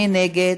מי נגד?